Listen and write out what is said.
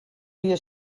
dia